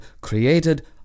created